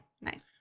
Nice